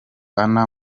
anna